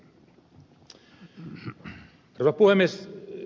arvoisa puhemies